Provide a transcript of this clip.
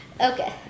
okay